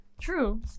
True